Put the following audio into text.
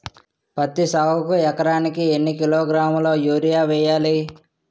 పత్తి సాగుకు ఎకరానికి ఎన్నికిలోగ్రాములా యూరియా వెయ్యాలి?